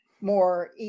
more